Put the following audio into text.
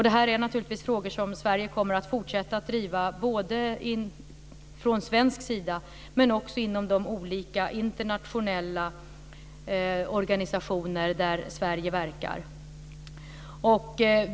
Detta är naturligtvis frågor som Sverige kommer att fortsätta att driva både från svensk sida och inom de olika internationella organisationer där Sverige verkar.